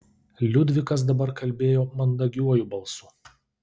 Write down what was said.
liudvikas dabar kalbėjo mandagiuoju balsu